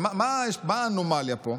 אבל מה האנומליה פה?